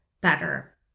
better